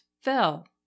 fell